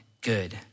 good